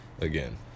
again